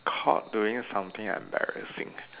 caught doing something embarrassing